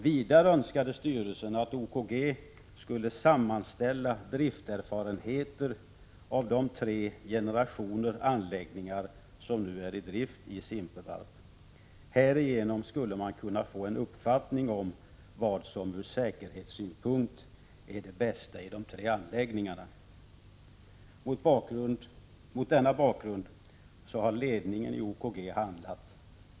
Vidare önskade styrelsen att OKG skulle sammanställa drifterfarenheter av de tre "generationer anläggningar som nu är i drift i Simpevarp. Härigenom skulle man kunna få en uppfattning om vad som ur säkerhetssynpunkt är det bästa i de tre anläggningarna. Mot denna bakgrund har ledningen i OKG handlat.